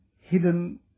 hidden